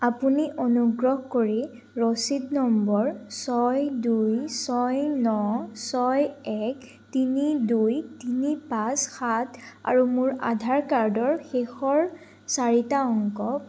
আপুনি অনুগ্ৰহ কৰি ৰচিদ নম্বৰ ছয় দুই ছয় ন ছয় এক তিনি দুই তিনি পাঁচ সাত আৰু মোৰ আধাৰ কাৰ্ডৰ শেষৰ চাৰিটা অংক